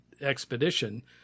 expedition